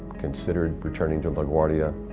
considered returning to laguardia,